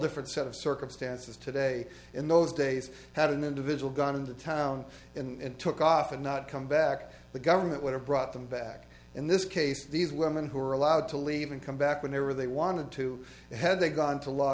different set of circumstances today in those days had an individual gone into town in took off and not come back the government would have brought them back in this case these women who were allowed to leave and come back whenever they wanted to and had they gone to law